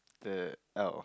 the oh